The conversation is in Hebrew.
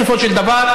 בסופו של דבר.